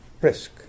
risk